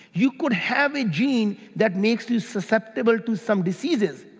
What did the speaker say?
you can have a gene that makes you susceptible to some diseases,